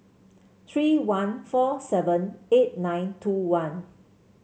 three one four seven eight nine two one